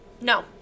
No